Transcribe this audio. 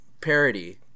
parody